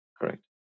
Correct